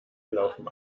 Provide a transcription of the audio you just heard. laufen